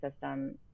system